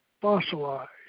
fossilized